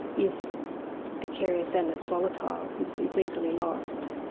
is precarious and it's volatile. it's it's easily lost.